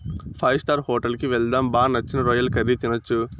five star hotel కి వెళ్దాం బా నచ్చిన రొయ్యల కర్రీ తినొచ్చు